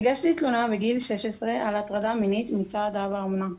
הגשתי תלונה בגיל 16 על הטרדה מינית מצד אב האומנה.